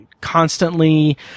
constantly